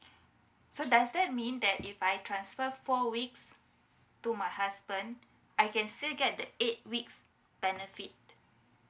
so does that mean that if I transfer four weeks to my husband I can still get the eight weeks benefit